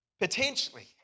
Potentially